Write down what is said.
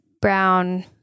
brown